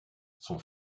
son